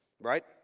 right